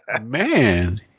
Man